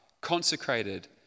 consecrated